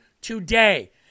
today